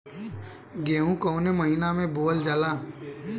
गेहूँ कवने महीना में बोवल जाला?